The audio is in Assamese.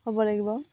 হ'ব লাগিব